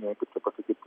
kaip čia pasakyt